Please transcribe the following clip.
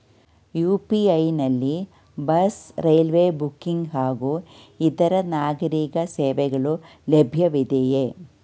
UPI ನಲ್ಲಿ bus, railway booking ಹಾಗೂ ಇತರೆ ನಾಗರೀಕ ಸೇವೆಗಳು ಲಭ್ಯವಿದೆಯೇ?